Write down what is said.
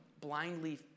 blindly